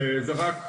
זה רק סממן,